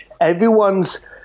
everyone's